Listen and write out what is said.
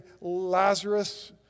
Lazarus